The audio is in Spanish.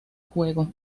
juego